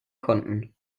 konnten